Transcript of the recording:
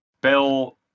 Bill